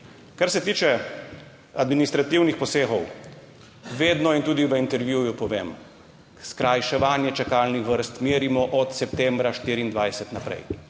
Kar se tiče administrativnih posegov, vedno in tudi v intervjuju povem, skrajševanje čakalnih vrst merimo od septembra 2024 naprej.